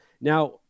Now